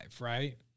right